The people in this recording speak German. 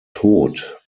tod